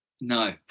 No